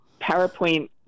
PowerPoint